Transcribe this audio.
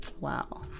Wow